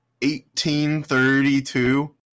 1832